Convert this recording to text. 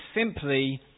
simply